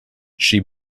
she